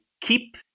keep